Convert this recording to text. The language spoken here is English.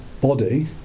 body